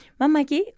Mamaki